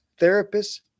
therapists